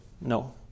no